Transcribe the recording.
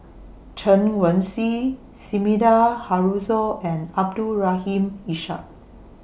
Chen Wen Hsi Sumida Haruzo and Abdul Rahim Ishak